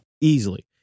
Easily